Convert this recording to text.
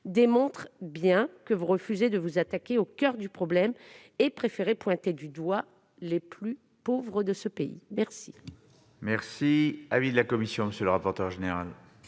démontrera bien que vous refusez de vous attaquer au coeur du problème et préférez pointer du doigt les plus pauvres de ce pays. Quel